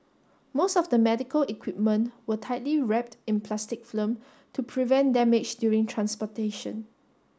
most of the medical equipment were tightly wrapped in plastic film to prevent damage during transportation